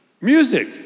Music